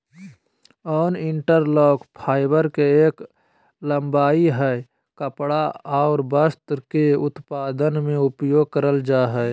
yarn interlock, fibre के एक लंबाई हय कपड़ा आर वस्त्र के उत्पादन में उपयोग करल जा हय